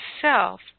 self